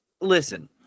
listen